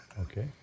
Okay